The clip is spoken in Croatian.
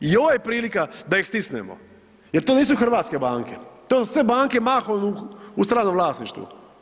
I ovo je prilika da ih stisnemo jer to nisu hrvatske banke, to su sve banke mahom u stranom vlasništvu.